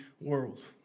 world